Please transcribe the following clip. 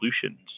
solutions